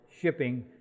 shipping